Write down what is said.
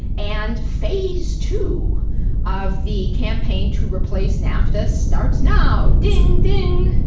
and phase two of the campaign to replace nafta starts now. ding, ding.